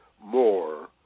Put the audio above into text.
more